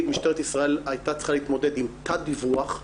משטרת ישראל הייתה צריכה להתמודד עם תת דיווח,